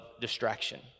distraction